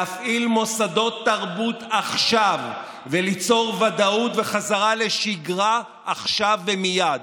להפעיל מוסדות תרבות עכשיו וליצור ודאות וחזרה לשגרה עכשיו ומייד.